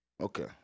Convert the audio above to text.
Okay